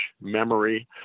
memory